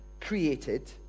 created